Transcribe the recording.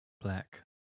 Black